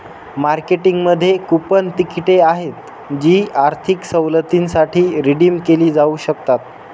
मार्केटिंगमध्ये कूपन तिकिटे आहेत जी आर्थिक सवलतींसाठी रिडीम केली जाऊ शकतात